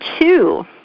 two